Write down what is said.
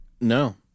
No